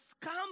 come